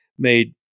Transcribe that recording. made